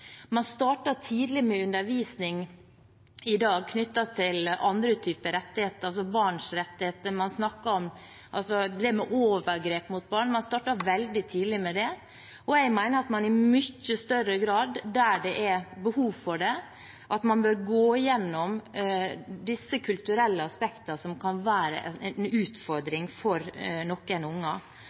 Man starter i dag tidlig med undervisning knyttet til andre typer rettigheter, som barns rettigheter og dette med overgrep mot barn. Man starter veldig tidlig med det. Jeg mener at man i mye større grad, der det er behov for det, bør gå gjennom disse kulturelle aspektene, som kan være en utfordring for noen unger.